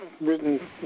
written